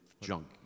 junk